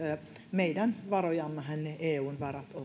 meidän varojammehan ne eun